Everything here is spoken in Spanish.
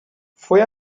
fue